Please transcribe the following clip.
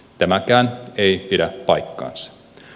tämäkään ei pidä paikkaansa